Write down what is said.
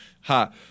ha